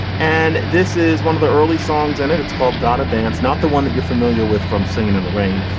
and this is one of the early songs and it it's called gotta dance, not the one that you're familiar with from singin in the rain,